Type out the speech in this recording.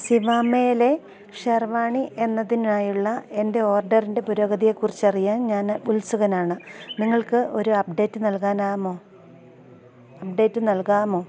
സിവാമേലെ ഷർവാണി എന്നതിനായുള്ള എൻ്റെ ഓർഡറിൻ്റെ പുരോഗതിയെക്കുറിച്ച് അറിയാൻ ഞാൻ ഉത്സുകനാണ് നിങ്ങൾക്ക് ഒരു അപ്ഡേറ്റ് നൽകാനാകുമോ അപ്ഡേറ്റ് നൽകാമോ